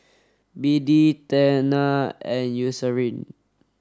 B D Tena and Eucerin